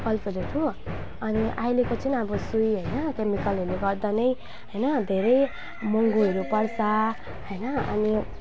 फलफुलहरू अनि अहिलेको चाहिँ नि अब स सुई होइन क्यामिकलहरूले गर्दा नै होइन धेरै महँगोहरू पर्छ होइन अनि